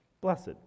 Blessed